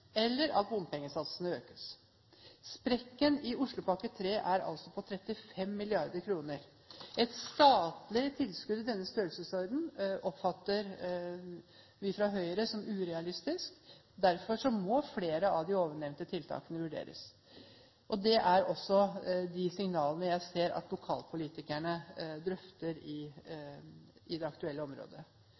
eller at bompengesatsene økes. Sprekken i Oslopakke 3 er altså på 35 mrd. kr. Et statlig tilskudd i denne størrelsesordenen oppfatter vi fra Høyre som urealistisk. Derfor må flere av de ovennevnte tiltak vurderes. Det er også de signalene jeg ser at lokalpolitikerne drøfter i det aktuelle området.